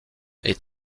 est